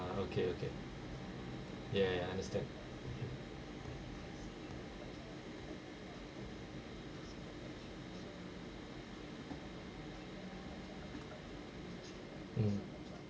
okay okay ya ya understand mm